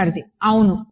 విద్యార్థి అవును